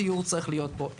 צריך להיות פה גם דיור.